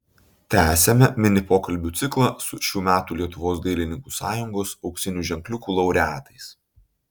tęsiame mini pokalbių ciklą su šių metų lietuvos dailininkų sąjungos auksinių ženkliukų laureatais